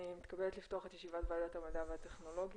אני מתכבדת לפתוח את ישיבת ועדת המדע והטכנולוגיה,